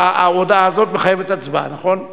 ההודעה הזאת מחייבת הצבעה נכון?